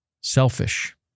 selfish